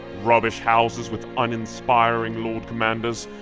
rubbish houses with uninspiring lord commanders,